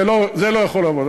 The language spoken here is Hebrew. זה לא יכול לעבוד.